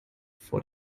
vor